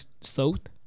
soaked